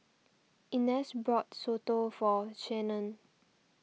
Inez bought Soto for Shannan